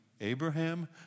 Abraham